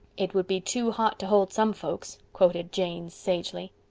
it would be too hot to hold some folks, quoted jane sagely.